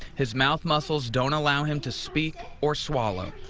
his mouth muscles don't allow him to speak or swallow.